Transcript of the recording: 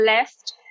left